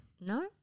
No